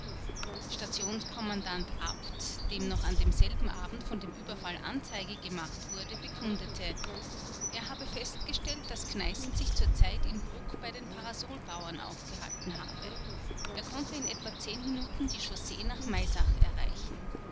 stationskommandant abt dem noch an demselben abend von dem überfall anzeige gemacht wurde bekundete er habe festgestellt daß kneißl sich zur zeit in bruck bei den parasolbauern aufgehalten habe er konnte in etwa zehn minuten die chaussee nach maisach erreichen